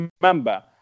remember